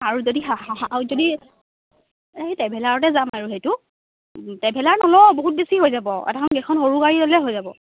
আৰু যদি যদি এই টেভেলাৰতে যাম আৰু সেইটো টেভেলাৰ নলওঁ বহুত বেছি হৈ যাব এইখন সৰু গাড়ী হ'লে হৈ যাব